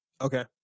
Okay